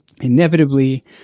inevitably